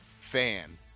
fan